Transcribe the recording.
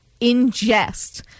ingest